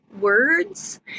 words